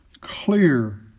clear